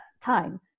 time